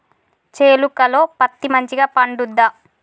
చేలుక లో పత్తి మంచిగా పండుద్దా?